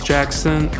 Jackson